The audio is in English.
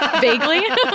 Vaguely